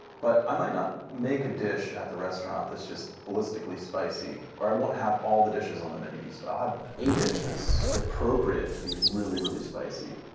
but i might not make a dish at the restaurant that's just ballistically spicy, or i won't have all the dishes on the menu be i'll have a dish that's appropriate to be really, really spicy,